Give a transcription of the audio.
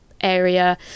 area